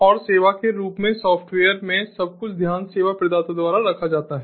और सेवा के रूप सॉफ्टवेयर में सब कुछ ध्यान सेवा प्रदाता द्वारा रखा जाता है